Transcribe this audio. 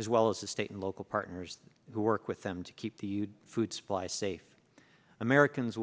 as well as the state and local partners who work with them to keep the food supply safe americans